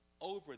over